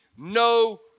No